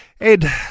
Ed